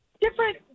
different